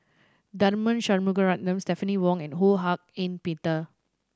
Tharman Shanmugaratnam Stephanie Wong and Ho Hak Ean Peter